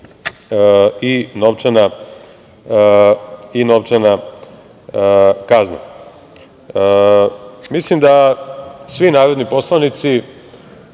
i novčana kazna. Mislim da svi narodni poslanici